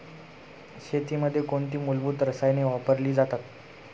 शेतीमध्ये कोणती मूलभूत रसायने वापरली जातात?